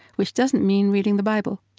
which doesn't mean reading the bible.